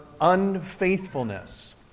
unfaithfulness